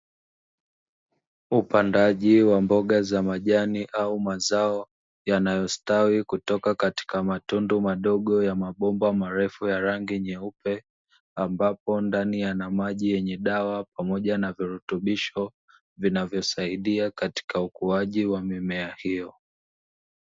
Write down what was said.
Upandaji wa mboga za majani au mazao yanayostawi kutoka katika matundu madogo ya mabomba marefu ya rangi nyeupe, ambapo ndani yana maji yenye dawa pamoja na virutubisho vinavyosaidia katika ukuaji wa mimea hiyo.